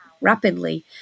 rapidly